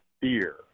fear